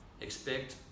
expect